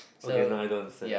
okay now I don't understand